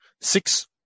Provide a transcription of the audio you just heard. six